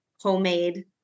homemade